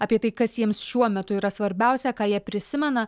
apie tai kas jiems šiuo metu yra svarbiausia ką jie prisimena